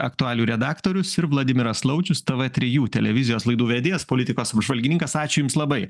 aktualijų redaktorius ir vladimiras laučius tv trijų televizijos laidų vedėjas politikos apžvalgininkas ačiū jums labai